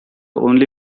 only